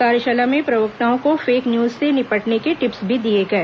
कार्यशाला में प्रवक्ताओं को फेक न्यूज से निपटने के टिप्स भी दिए गए